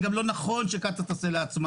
וזה גם לא נכון שקצא"א תעשה את זה לעצמה,